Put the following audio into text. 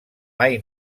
mai